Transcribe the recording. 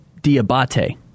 Diabate